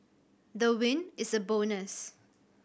the win is a bonus